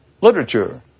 Literature